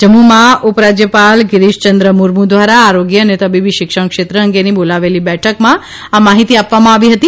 જમ્મુમાં ઉપરાજયપાલ ગીરીશ ચંદ્ર મુર્મુ દ્વારા આરોગ્ય અને તબીબી શિક્ષણ ક્ષેત્ર અંગેની બોલાવેલી બેઠકમાં આ માહિતી આપવામાં આવી હતી